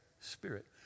spirit